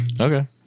okay